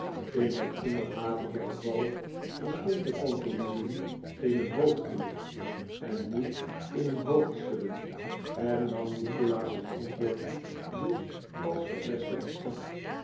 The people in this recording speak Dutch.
in het onderhavige geval bestond de pantomime in een hoofdknik en niet in een hoofdschudden en nam nikolaas het antwoord dus als bevestigend op